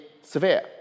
severe